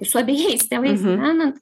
su abejais tėvais gyvenant